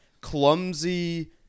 clumsy